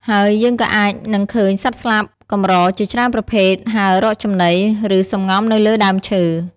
ហើយយើងក៏អាចនឹងឃើញសត្វស្លាបកម្រជាច្រើនប្រភេទហើររកចំណី ឬសំងំនៅលើដើមឈើ។